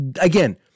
again